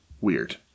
Weird